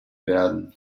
werden